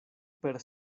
per